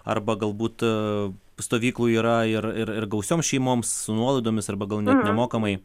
arba galbūt stovyklų yra ir ir ir gausioms šeimoms su nuolaidomis arba gal net nemokamai